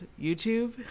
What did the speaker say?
YouTube